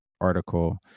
article